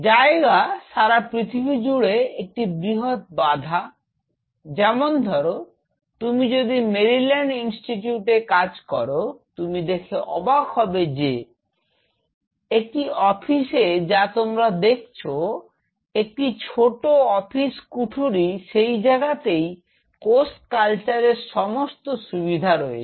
জায়গা সারা পৃথিবী জুড়ে একটি বৃহৎ বাধা যেমন ধর তুমি যদি মেরিল্যান্ড ইনস্টিটিউটে কাজ করো তুমি দেখে অবাক হবে যে একটি অফিসে যা তোমরা দেখেছো বা একটি ছোট অফিস কুঠুরি সেই জায়গাতেই কোষ কালচার এর সমস্ত সুবিধা রয়েছে